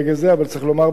אבל צריך לומר ביושר,